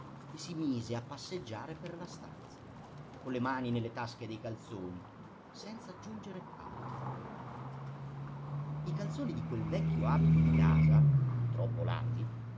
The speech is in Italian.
e si mise a passeggiare per la stanza con le mani nelle tasche dei calzoni senz'aggiungere altro i calzoni di quel vecchio abito di casa troppo larghi